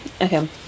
Okay